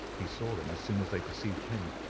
he saw them as soon as they perceived him,